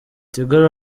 tigo